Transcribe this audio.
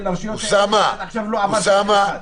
לרשויות האלה אבל עד עכשיו לא עבר אפילו שקל אחד.